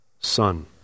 son